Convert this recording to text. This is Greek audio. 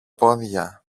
πόδια